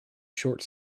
short